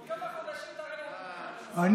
בעוד כמה חודשים תראה לנו,